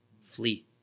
Flee